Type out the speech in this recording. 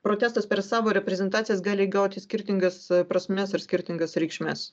protestas per savo reprezentacijas gali gauti skirtingas prasmes ir skirtingas reikšmes